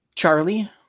Charlie